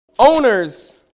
Owners